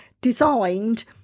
designed